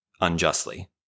unjustly